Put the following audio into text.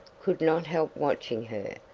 could not help watching her,